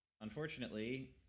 Unfortunately